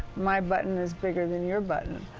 my button is bigger than your button